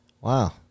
Wow